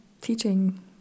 teaching